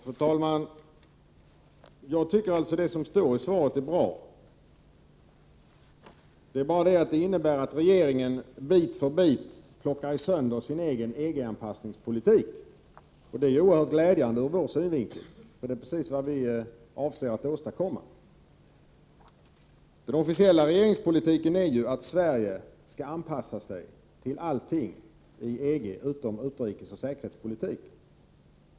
Fru talman! Jag tycker alltså att det som står i svaret är bra. Det är bara det att det innebär att regeringen bit för bit plockar sönder sin egen EG anpassningspolitik. Det är oerhört glädjande ur miljöpartiets synvinkel, därför att det är precis vad vi avser att åstadkomma. Den officiella regeringspolitiken är ju att Sverige skall anpassa sig till allting i EG utom utrikesoch säkerhetspolitiken.